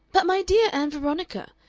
but my dear ann veronica,